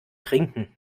trinken